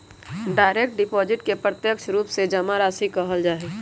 direct deposit के प्रत्यक्ष रूप से जमा राशि कहल जा हई